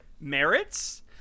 merits